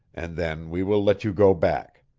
and then we will let you go back.